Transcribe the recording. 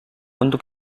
untuk